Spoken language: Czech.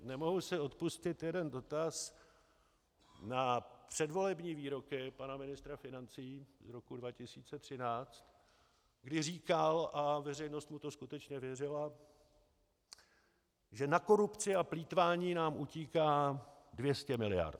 Nemohu si odpustit jeden dotaz na předvolební výroky pana ministra financí z roku 2013, kdy říkal, a veřejnost mu to skutečně věřila, že na korupci a plýtvání nám utíká 200 miliard.